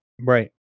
Right